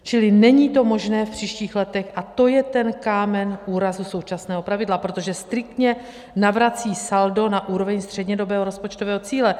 Čili není to možné v příštích letech a to je ten kámen úrazu současného pravidla, protože striktně navrací saldo na úroveň střednědobého rozpočtového cíle.